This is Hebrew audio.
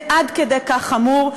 זה עד כדי כך חמור.